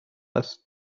است